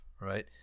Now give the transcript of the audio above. right